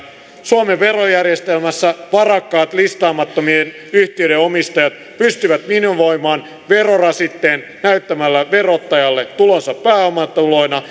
suomen verojärjestelmässä varakkaat listaamattomien yhtiöiden omistajat pystyvät minimoimaan verorasitteen näyttämällä verottajalle tulonsa pääomatuloina